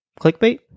clickbait